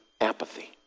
apathy